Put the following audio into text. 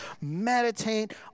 Meditate